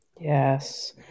yes